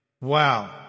Wow